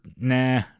nah